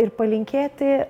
ir palinkėti